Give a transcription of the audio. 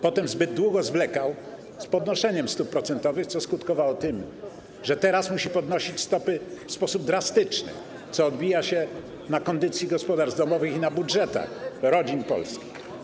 Potem zbyt długo zwlekał z podnoszeniem stóp procentowych, co skutkowało tym, że teraz musi podnosić stopy w sposób drastyczny, co odbija się na kondycji gospodarstw domowych i na budżetach polskich rodzin.